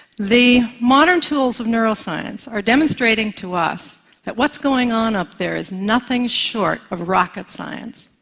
the modern tools of neuroscience are demonstrating to us that what's going on up there is nothing short of rocket science,